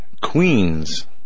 Queens